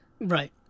Right